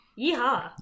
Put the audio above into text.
Yeehaw